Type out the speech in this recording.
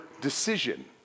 decision